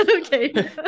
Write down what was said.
Okay